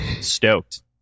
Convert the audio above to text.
stoked